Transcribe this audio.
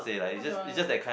what genre